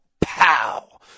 pow